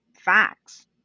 facts